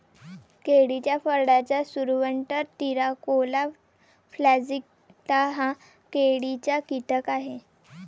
केळीच्या फळाचा सुरवंट, तिराकोला प्लॅजिएटा हा केळीचा कीटक आहे